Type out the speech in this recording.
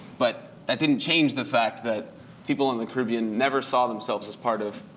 but that didn't change the fact that people in the caribbean never saw themselves as part of